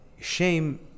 shame